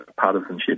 partisanship